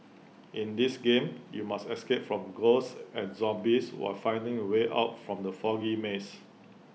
in this game you must escape from ghosts and zombies while finding A way out from the foggy maze